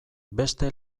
beste